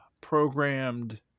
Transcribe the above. programmed